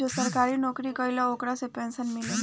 जे सरकारी नौकरी करेला ओकरा पेंशन मिलेला